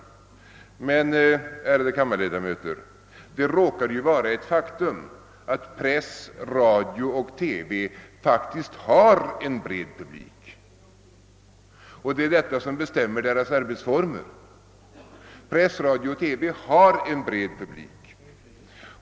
Men, ärade kammar ledamöter, det råkar vara ett faktum att press, radio och TV har en bred publik, och det är den som bestämmer deras arbetsformer.